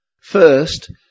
First